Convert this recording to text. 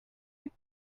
one